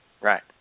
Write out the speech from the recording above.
right